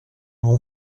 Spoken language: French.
bon